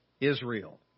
Israel